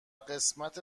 قسمت